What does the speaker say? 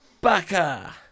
Baka